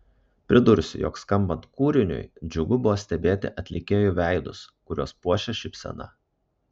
pridursiu jog skambant kūriniui džiugu buvo stebėti atlikėjų veidus kuriuos puošė šypsena